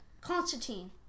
Constantine